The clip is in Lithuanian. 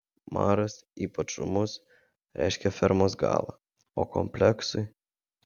maras ypač ūmus reiškia fermos galą o kompleksui